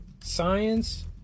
Science